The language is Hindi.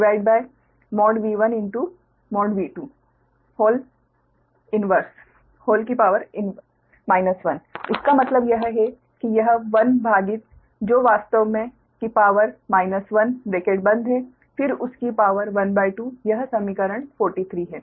1 PRQXV1V2 1 इसका मतलब यह है कि यह 1 भागित जो वास्तव में की पावर माइनस 1 ब्रैकेट बंद है फिर उसकी पावर ½ यह समीकरण 43 है